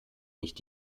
nicht